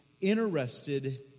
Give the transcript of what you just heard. Interested